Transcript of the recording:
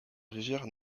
rivière